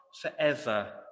forever